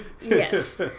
Yes